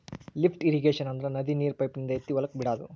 lift irrigation ಅಂದ್ರ ನದಿ ನೀರ್ ಪೈಪಿನಿಂದ ಎತ್ತಿ ಹೊಲಕ್ ಬಿಡಾದು